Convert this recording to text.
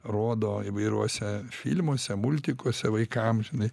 rodo įvairiuose filmuose multikuose vaikam žinai